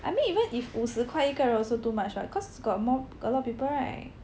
I mean even if 五十块一个人 also too much [what] cause got more got a lot of people right